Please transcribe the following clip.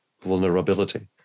vulnerability